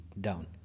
down